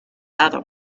other